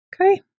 Okay